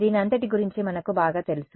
దీనంతటి గురించి మనకు బాగా తెలుసు